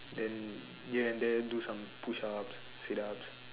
and here and there do some push ups sit ups